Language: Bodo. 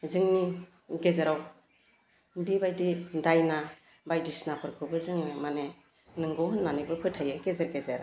जोंनि गेजेराव बिबायदि दाइना बायदिसिनाफोरखौबो जोङो माने नंगौ होननानैबो फोथायो गेजेर गेजेर